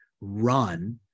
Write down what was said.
run